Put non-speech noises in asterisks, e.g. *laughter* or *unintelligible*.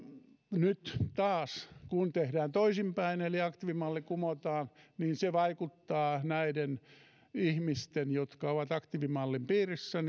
nyt taas kun tehdään toisinpäin eli aktiivimalli kumotaan niin se aiheuttaa näiden ihmisten jotka ovat aktiivimallin piirissä *unintelligible*